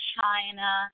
China